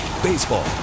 baseball